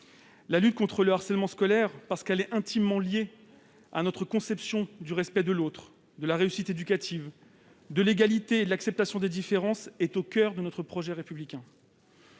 La lutte contre le harcèlement scolaire, parce qu'elle est intimement liée à notre conception du respect de l'autre, de la réussite éducative, de l'égalité et de l'acceptation des différences, est au coeur de notre projet républicain.